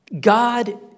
God